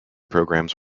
programs